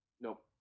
Nope